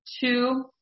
Two